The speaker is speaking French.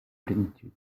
plénitude